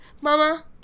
Mama